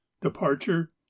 departure